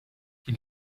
die